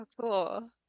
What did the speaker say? cool